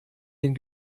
den